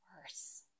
worse